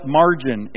margin